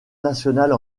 nationale